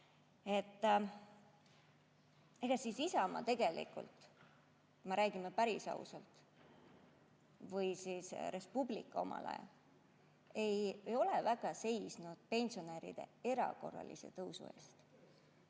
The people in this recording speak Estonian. Ega Isamaa tegelikult, kui me räägime päris ausalt, või siis Res Publica omal ajal, ei ole väga seisnud pensionide erakorralise tõusu eest.